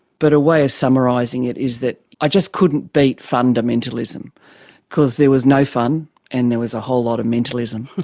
but a way of summarising it is that i just couldn't beat fundamentalism because there was no fun and there was a whole lot of mentalism.